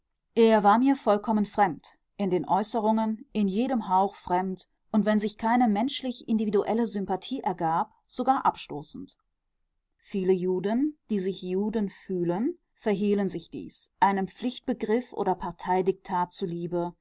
er war mir vollkommen fremd in den äußerungen in jedem hauch fremd und wenn sich keine menschlich individuelle sympathie ergab sogar abstoßend viele juden die sich juden fühlen verhehlen sich dies einem pflichtbegriff oder parteidiktat zuliebe